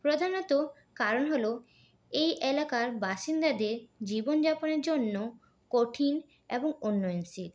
প্রধাণত কারণ হল এই এলাকার বাসিন্দাদের জীবন যাপনের জন্য কঠিন এবং উন্নয়নশীল